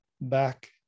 back